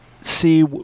see